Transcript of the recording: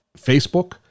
Facebook